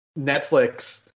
Netflix